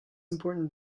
important